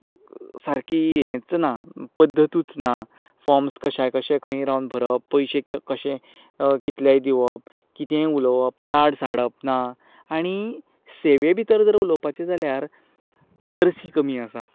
सारकी हेंच ना पद्दतूच ना फोर्म्स कश्याय कशे खंय रावन भरप पयशे अशे कितलेय दिवप कितेंय उलोवप कार्ड्स हाडप ना आनी सेवे भितर जर उलोवपाचें जाल्यार नर्सी कमी आसात